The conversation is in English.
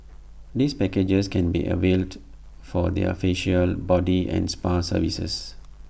these packages can be availed for their facial body and spa services